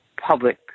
public